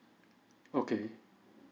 okay